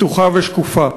פתוחה ושקופה.